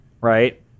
right